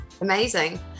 Amazing